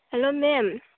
hello ma'am